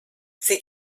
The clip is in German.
sie